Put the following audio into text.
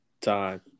time